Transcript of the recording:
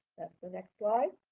the next slide.